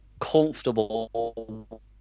comfortable